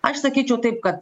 aš sakyčiau taip kad